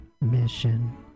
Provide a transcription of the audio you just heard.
mission